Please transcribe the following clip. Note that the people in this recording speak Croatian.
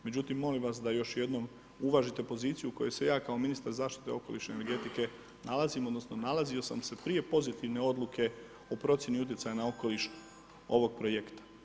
Međutim, molim vas da još jednom uvažite poziciju u kojoj se ja kao ministar zaštite okoliša i energetike nalazimo, odnosno, nalazio sam se prije pozitivne odluke u procijeni utjecaja na okoliš ovog projekta.